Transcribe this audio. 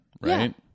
right